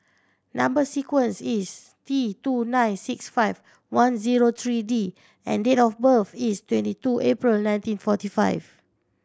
number sequence is T two nine six five one zero three D and date of birth is twenty two April nineteen forty five